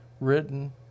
written